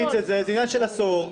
זה עניין של עשור,